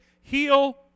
heal